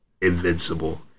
invincible